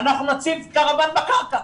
אנחנו נציב קרוואן בקרקע.